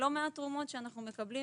גם לא מעט תרומות שאנחנו מקבלים